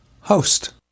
host